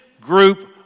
group